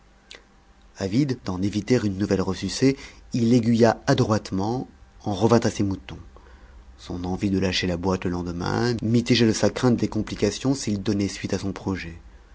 avide d'en éviter une nouvelle resucée il aiguilla adroitement en revint à ses moutons son envie de lâcher la boîte le lendemain mitigée de sa crainte des complications s'il donnait suite à son projet